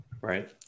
Right